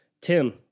Tim